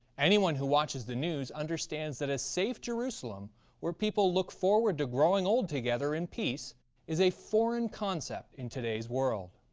anyone who watches the news understands that a safe jerusalem where people look forward to growing old together in peace is a foreign concept in today's world.